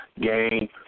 game